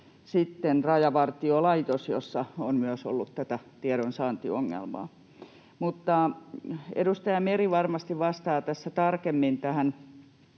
sitten Rajavartiolaitos, jossa on myös ollut tätä tiedonsaantiongelmaa. Mutta edustaja Meri varmasti vastaa tässä tarkemmin tähän